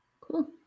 Cool